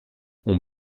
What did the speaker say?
ont